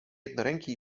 jednoręki